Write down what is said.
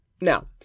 Now